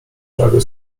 prawie